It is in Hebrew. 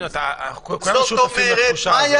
כולנו שותפים לתחושה הזאת.